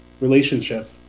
relationship